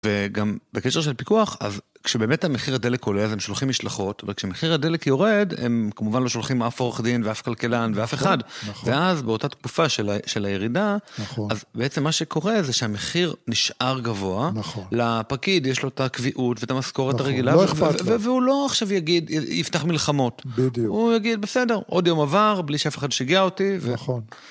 וגם בקשר של פיקוח, אז כשבאמת המחיר הדלק עולה, אז הם שולחים משלחות, וכשמחיר הדלק יורד, הם כמובן לא שולחים אף עורך דין ואף כלכלן ואף אחד. ואז באותה תקופה של הירידה, אז בעצם מה שקורה זה שהמחיר נשאר גבוה, לפקיד יש לו את הקביעות ואת המשכורת הרגילה, והוא לא עכשיו יפתח מלחמות, הוא יגיד בסדר, עוד יום עבר, בלי שאף אחד שיגע אותי.